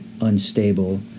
unstable